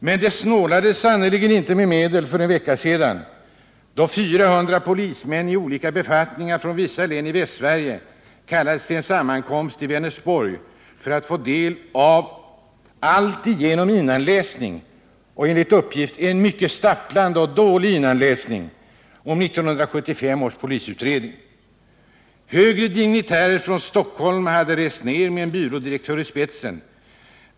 Men det snålades sannerligen inte med medel för en vecka sedan, då 400 polismän i olika befattningar från vissa län i Västsverige kallades till en sammankomst i Vänersborg för att få del av 1975 års polisutredning. Sammankomsten bestod alltigenom av innanläsning, och enligt uppgift en mycket stapplande och dålig innanläsning. Högre dignitärer från Stockholm hade rest ner med en byrådirektör i spetsen.